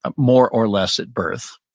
ah more or less at birth,